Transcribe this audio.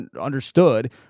understood